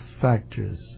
factors